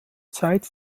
zeit